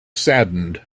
saddened